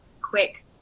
quick